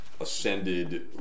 ascended